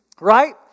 Right